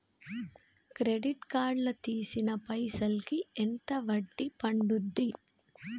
Credit card లా తీసిన పైసల్ కి ఎంత వడ్డీ పండుద్ధి?